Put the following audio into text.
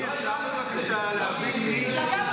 כנראה עוד לא הפנמת שהשרים לא,